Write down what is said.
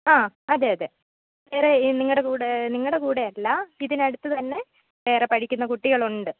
ആ അതെ അതെ വേറെ നിങ്ങളുടെ കൂടെ നിങ്ങളുടെ കൂടെയല്ല ഇതിന് അടുത്ത് തന്നെ വേറെ പഠിക്കുന്ന കുട്ടികളുണ്ട്